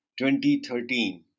2013